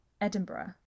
Edinburgh